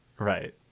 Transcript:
right